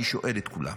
אני שואל את כולם.